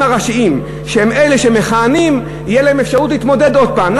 הראשיים שהם אלה שמכהנים תהיה להם אפשרות להתמודד עוד פעם.